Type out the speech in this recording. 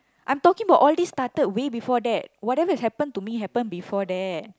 I'm talking about all these started way before that whatever has happened to me happened before that